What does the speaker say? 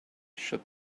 should